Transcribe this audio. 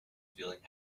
feeling